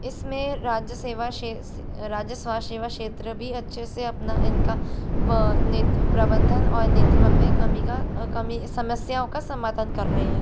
इसमें राज्य सेवा राज्य स्वास्थ्य सेवा क्षेत्र भी अच्छे से अपना इनका प्रबंधन और नेतृत्व में कमी का कमी समस्याओं का समाधान कर रहे हैं